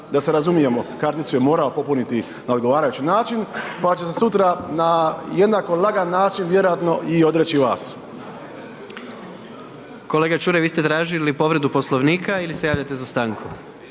Da se razumijemo, karticu je morao popuniti na odgovarajući način pa će se sutra na jednako lagan način vjerojatno i odreći vas. **Jandroković, Gordan (HDZ)** Kolega Čuraj, vi ste tražili povredu Poslovnika ili se javljate za stanku?